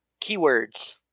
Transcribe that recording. Keywords